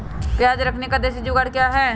प्याज रखने का देसी जुगाड़ क्या है?